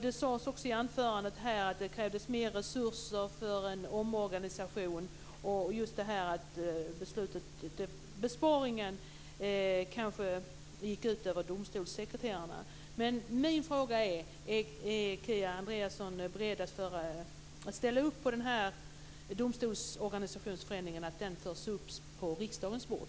Det sades också i anförandet att det krävs mer resurser för en omorganisation och just att besparingen kanske går ut över domstolssekreterarna. Min fråga är: Är Kia Andreasson beredd att ställa upp på att den här domstolsorganisationsförändringen förs upp på riksdagens bord?